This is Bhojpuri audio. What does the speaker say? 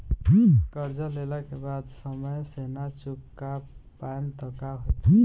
कर्जा लेला के बाद समय से ना चुका पाएम त का होई?